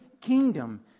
kingdom